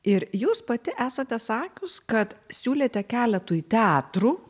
ir jūs pati esate sakius kad siūlėte keletui teatrų